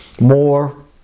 More